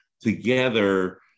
together